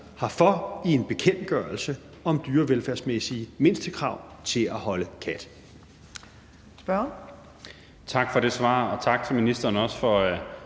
herfor i en bekendtgørelse om dyrevelfærdsmæssige mindstekrav til at holde kat.